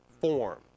form